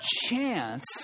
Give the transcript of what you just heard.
Chance